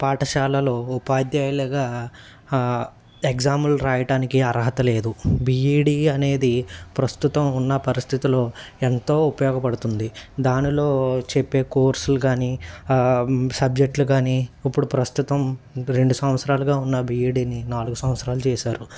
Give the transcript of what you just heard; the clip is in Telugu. పాఠశాలలో ఉపాధ్యాయులుగా ఎగ్జాములు వ్రాయడానికి అర్హత లేదు బీఈడీ అనేది ప్రస్తుతం ఉన్న పరిస్థితులో ఎంతో ఉపయోగపడుతుంది దానిలో చెప్పే కోర్సులు కానీ సబ్జెక్టులు కానీ ఇప్పుడు ప్రస్తుతం రెండు సంవత్సరాలుగా ఉన్న బీఈడీని నాలుగు సంవత్సరాలు చేసారు